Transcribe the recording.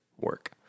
work